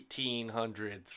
1800s